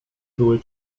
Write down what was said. były